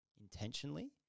Intentionally